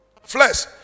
Flesh